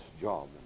job